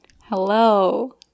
Hello